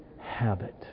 habit